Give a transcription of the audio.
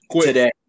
today